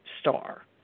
star